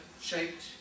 shaped